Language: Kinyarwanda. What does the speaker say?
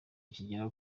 kigera